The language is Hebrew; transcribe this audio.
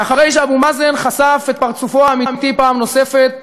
ואחרי שאבו מאזן חשף את פרצופו האמיתי פעם נוספת,